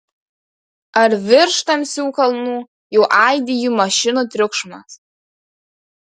ar virš tamsių kalnų jau aidi jų mašinų triukšmas